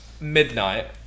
Midnight